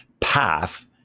path